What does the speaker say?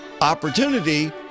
opportunity